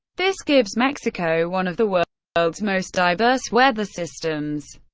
this gives mexico one of the world's world's most diverse weather systems.